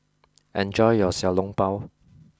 enjoy your Xiao Long Bao